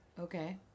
Okay